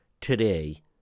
today